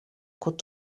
could